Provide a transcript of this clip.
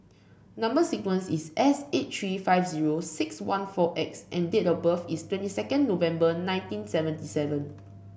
number sequence is S eight three five zero six one four X and date of birth is twenty second November nineteen seventy seven